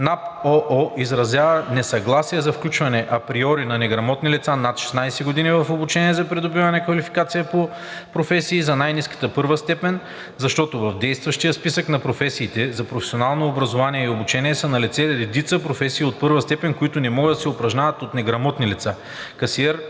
изразява несъгласие за включване априори на неграмотни лица над 16 години в обучение за придобиване на квалификация по професии за най-ниската първа степен, защото в действащия Списък на професиите за професионално образование и обучение са налице редица професии от първа степен, които не могат да се упражняват от неграмотни лица – касиер,